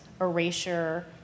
erasure